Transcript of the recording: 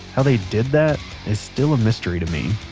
how they did that is still a mystery to me